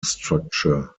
structure